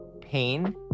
pain